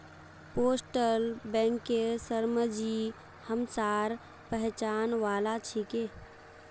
postal बैंकेर शर्माजी हमसार पहचान वाला छिके